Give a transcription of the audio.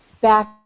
back